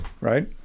Right